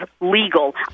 legal